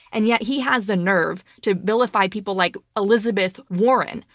and yet he has the nerve to vilify people like elizabeth warren,